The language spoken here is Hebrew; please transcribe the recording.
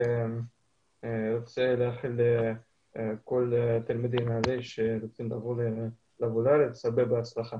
אני רוצה לאחל לכל התלמידים שרוצים לבוא לארץ הרבה הצלחה.